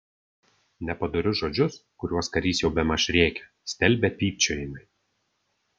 nepadorius žodžius kuriuos karys jau bemaž rėkė stelbė pypčiojimai